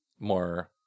More